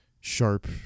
sharp